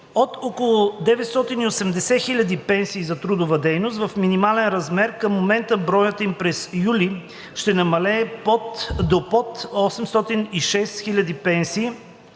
От около 980 хиляди пенсии за трудова дейност в минимален размер към момента, броят им през юли ще намалее до под 806 хиляди пенсии,